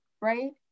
Right